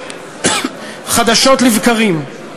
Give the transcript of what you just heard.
חדשות לבקרים.